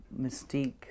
mystique